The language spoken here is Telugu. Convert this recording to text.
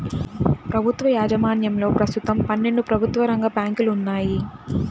ప్రభుత్వ యాజమాన్యంలో ప్రస్తుతం పన్నెండు ప్రభుత్వ రంగ బ్యాంకులు ఉన్నాయి